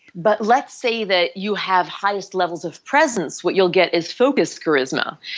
but let's say that you have highest levels of presence, what you will get is focus charisma.